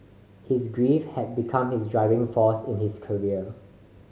his grief had become his driving force in his career